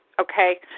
Okay